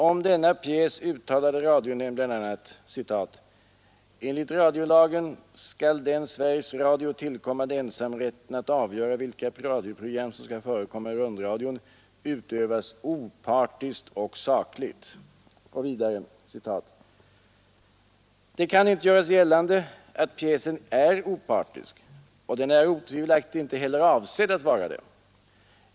Om denna pjäs uttalade radionämnden bl.a.: ”Enligt radiolagen skall den SR tillkommande ensamrätten att avgöra vilka radioprogram som skall förekomma i rundradion utövas opartiskt och sakligt. Vidare heter det: ”Det kan inte göras gällande att pjäsen är opartisk och den är otvivelaktigt inte heller avsedd att vara det.